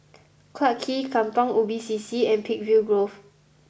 Clarke Quay Kampong Ubi C C and Peakville Grove